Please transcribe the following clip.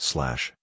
Slash